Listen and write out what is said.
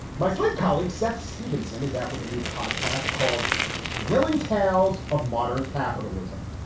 my slate colleague seth stevenson is out with a new podcast called thrilling tales of modern capitalism,